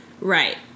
Right